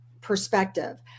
perspective